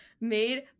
made